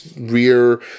rear